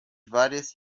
várias